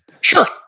Sure